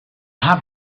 have